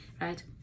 right